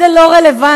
זה לא רלוונטי,